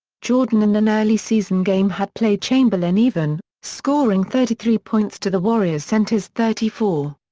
jordon in an early-season game had played chamberlain even, scoring thirty three points to the warriors center's thirty four.